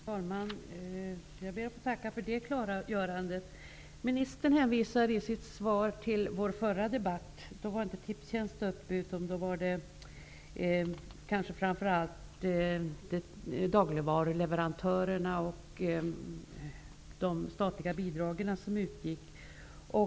Fru talman! Jag ber att få tacka för det klargörandet. Ministern hänvisar i sitt svar till vår förra debatt. Då togs inte frågan om Tipstjänst utan framför allt frågan om dagligvaruleverantörerna och de statliga bidrag som utgick upp.